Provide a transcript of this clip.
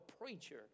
preacher